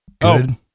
Good